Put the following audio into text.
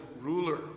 ruler